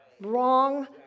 wrong